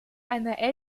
einer